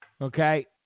okay